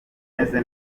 meze